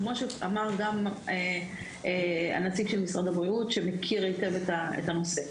כמו שאמר גם הנציג של משרד הבריאות שמכיר היטב את הנושא.